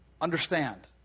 understand